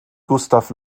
gustav